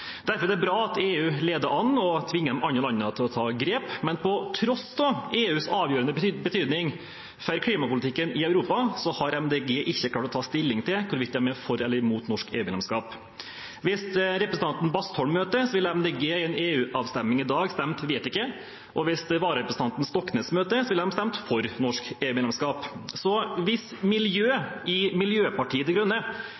Derfor er det bra at EU leder an og tvinger de andre landene til å ta grep, men på tross av EUs avgjørende betydning for klimapolitikken i Europa har Miljøpartiet De Grønne ikke klart å ta stilling til hvorvidt de er for eller imot norsk EU-medlemskap. Når representanten Bastholm møter, vil Miljøpartiet De Grønne i en EU-avstemning i dag stemme «vet ikke», og hvis vararepresentanten Stoknes møtte, ville de stemt for norsk EU-medlemskap. Så hvis